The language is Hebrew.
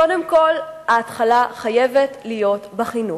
קודם כול, ההתחלה חייבת להיות בחינוך.